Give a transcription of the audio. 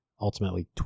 ultimately